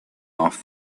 off